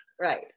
Right